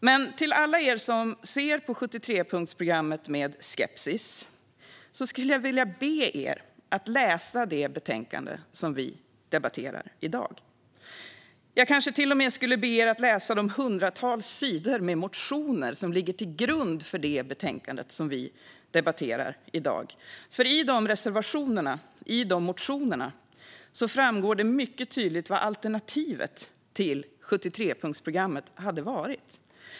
Men jag skulle vilja be alla er som ser på 73-punktsprogrammet med skepsis att läsa det betänkande som vi debatterar i dag. Jag kanske till och med skulle be er att läsa de hundratals sidor med motioner som ligger till grund för betänkandet som vi debatterar i dag. För i reservationer och motioner framgår det mycket tydligt vad alternativet till 73-punktsprogrammet hade varit.